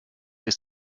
ist